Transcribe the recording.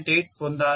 8 పొందాను